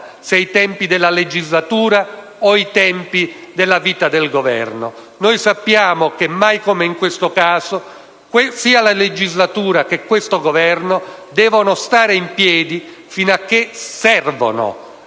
dei tempi della legislatura o di quelli della vita del Governo. Noi sappiamo, mai come in questo caso, che sia la legislatura che l'attuale Governo devono stare in piedi fino a che servono